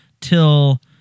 till